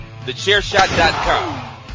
TheChairShot.com